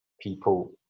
people